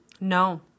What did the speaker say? No